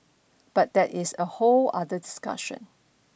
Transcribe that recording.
but that is a whole other discussion